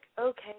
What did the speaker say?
okay